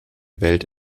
welt